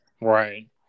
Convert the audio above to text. Right